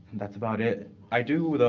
that's about it. i do, though,